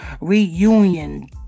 reunion